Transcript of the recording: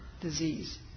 disease